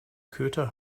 köter